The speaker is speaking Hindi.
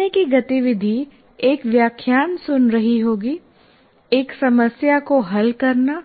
सीखने की गतिविधि एक व्याख्यान सुन रही होगी एक समस्या को हल करना